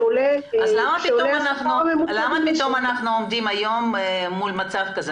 אז למה פתאום אנחנו עומדים היום מול מצב כזה,